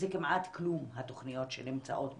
זה כמעט כלום התוכניות שנמצאות בקהילה.